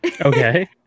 Okay